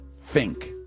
Fink